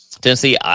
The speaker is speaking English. Tennessee